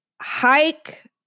hike